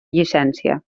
llicència